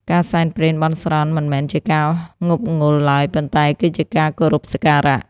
ការសែនព្រេនបន់ស្រន់ មិនមែនជាការងប់ងល់ឡើយ ប៉ុន្តែគឺជាការគោរពសក្ការៈ។